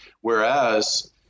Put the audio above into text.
Whereas